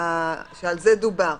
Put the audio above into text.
ועל זה דובר.